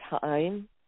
time